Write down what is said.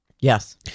Yes